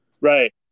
right